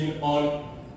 on